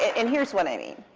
and here's what i mean.